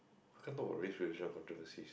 why can't talk about racial controversies